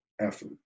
effort